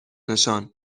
نشان